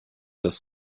das